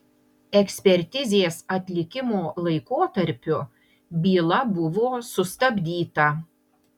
ekspertizės atlikimo laikotarpiu byla buvo sustabdyta